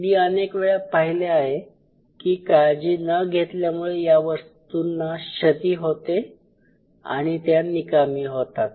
मी अनेक वेळा पाहिले आहे की काळजी न घेतल्यामुळे या वस्तूंना क्षती होते आणि त्या निकामी होतात